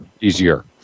Easier